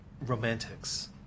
romantics